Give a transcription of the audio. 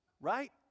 Right